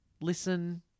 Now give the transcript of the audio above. listen